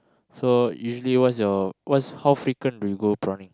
so usually what's your what's how frequent do you go prawning